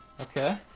Okay